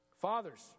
Fathers